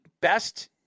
best